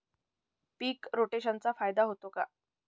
पीक रोटेशनचा फायदा होतो का?